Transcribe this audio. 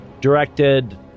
directed